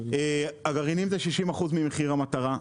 הגרעינים זה 60% ממחיר המטרה,